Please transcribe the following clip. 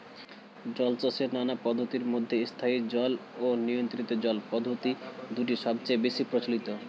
জলচাষের নানা পদ্ধতির মধ্যে স্থায়ী জল ও নিয়ন্ত্রিত স্রোত পদ্ধতি দুটি সবচেয়ে বেশি প্রচলিত